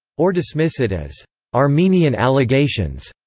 or dismiss it as armenian allegations,